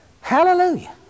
Hallelujah